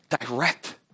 direct